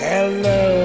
Hello